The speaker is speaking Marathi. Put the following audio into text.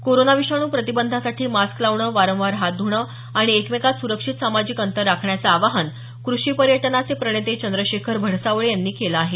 कोरोना विषाणू प्रतिबंधासाठी मास्क लावणं वारंवार हात ध्रणं आणि एकमेकात सुरक्षित सामाजिक अंतर राखण्याचं आवाहन कृषी पर्यटनाचे प्रणेते चंद्रशेखर भडसावळे यांनी केलं आहे